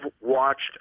watched –